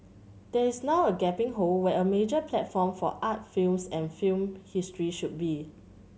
there is now a gaping hole where a major platform for art films and film history should be